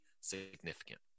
significant